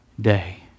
day